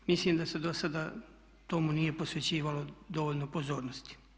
Mislim da se do sada tomu nije posvećivalo dovoljno pozornosti.